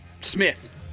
Smith